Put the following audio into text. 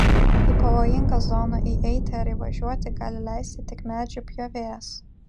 į pavojingą zoną įeiti ar įvažiuoti gali leisti tik medžių pjovėjas